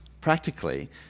practically